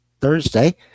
thursday